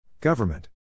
Government